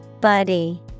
Buddy